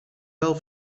wel